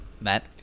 Matt